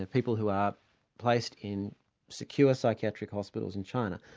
and people who are placed in secure psychiatric hospitals in china,